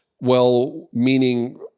well-meaning